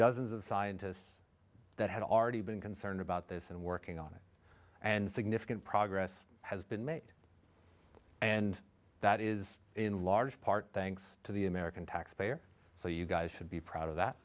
dozens of scientists that had already been concerned about this and working on it and significant progress has been made and that is in large part thanks to the american taxpayer so you guys should be proud of that